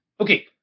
Okay